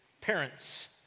parents